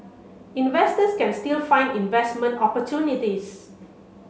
investors can still find investment opportunities